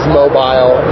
mobile